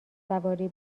سواری